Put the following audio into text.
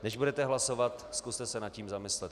Než budete hlasovat, zkuste se nad tím zamyslet.